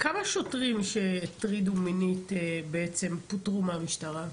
כמה שוטרים שהטרידו מינית בעצם פוטרו מהמשטרה,